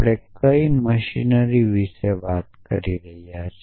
આપણે કઈ મશીનરી વિશે વાત કરી છે